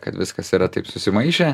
kad viskas yra taip susimaišę